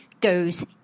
goes